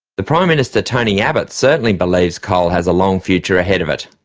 the prime minister tony abbott certainly believes coal has a long future ahead of it,